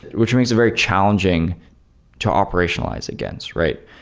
which makes it very challenging to operationalize against, right?